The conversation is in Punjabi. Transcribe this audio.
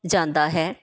ਜਾਂਦਾ ਹੈ